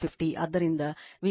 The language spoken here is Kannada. ಆದ್ದರಿಂದ Vp√ 3 ಕೋನ 30o